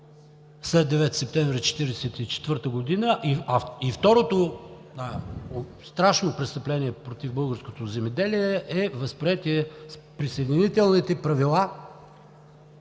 след 9 септември 1944 г. и второто страшно престъпление против българското земеделие са възприетите с Присъединителните правила